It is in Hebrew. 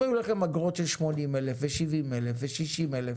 אם היו לכם אגרות של 80,000 ו-70,000 ו-60,000